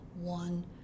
one